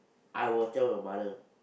I will tell your mother